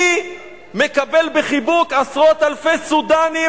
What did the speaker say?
מי מקבל בחיבוק עשרות אלפי סודנים,